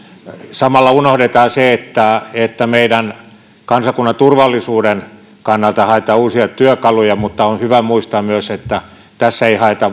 samalla unohdetaan se että että meidän kansakunnan turvallisuuden kannalta haetaan uusia työkaluja mutta on hyvä muistaa myös että tässä ei haeta